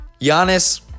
Giannis